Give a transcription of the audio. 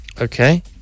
Okay